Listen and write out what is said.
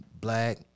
black